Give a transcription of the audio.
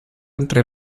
entre